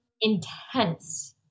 intense